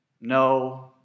No